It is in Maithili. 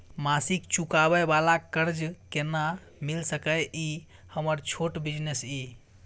मासिक चुकाबै वाला कर्ज केना मिल सकै इ हमर छोट बिजनेस इ?